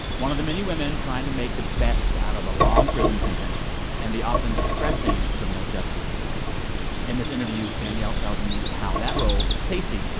one of the many women trying to make the best out of a long prison sentence and the often depressing criminal justice system in this interview, danielle tells me how that role, taystee,